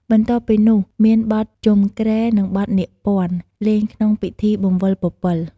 បន្ទាប់់ពីនោះមានបទជំុគ្រែនិងបទនាគព័ន្ធ លេងក្នងពិធីបង្វិលពពិល។